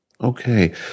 Okay